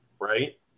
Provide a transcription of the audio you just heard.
Right